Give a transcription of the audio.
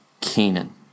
Canaan